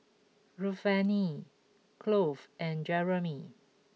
Ruthanne Cloyd and Jeremy